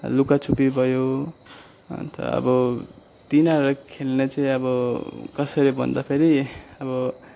लुकाछुपी भयो अन्त अब तिनाहरू खेल्ने चाहिँ अब कसरी भन्दाखेरि अब